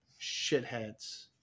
shitheads